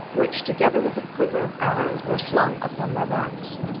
which, together with a quiver of arrows, were slung upon their backs.